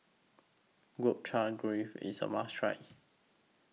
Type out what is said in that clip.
Gobchang Gui IS A must Try